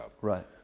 Right